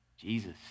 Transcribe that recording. Jesus